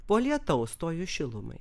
po lietaus stojus šilumai